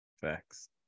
Facts